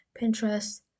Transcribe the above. Pinterest